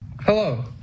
hello